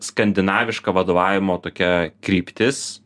skandinaviška vadovavimo tokia kryptis